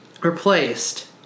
replaced